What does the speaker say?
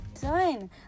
done